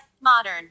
Modern